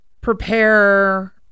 prepare